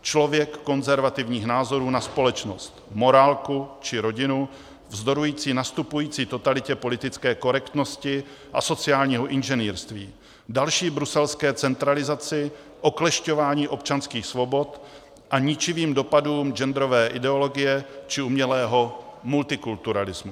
Člověk konzervativních názorů na společnost, morálku či rodinu, vzdorující nastupující totalitě politické korektnosti a sociálního inženýrství, další bruselské centralizaci, oklešťování občanských svobod a ničivým dopadům genderové ideologie či umělého multikulturalismu.